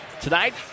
Tonight